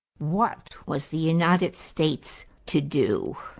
what was the united states to do?